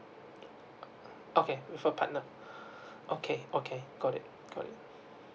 okay with a partner okay okay got it got it